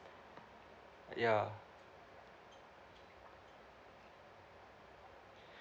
ya